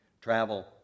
travel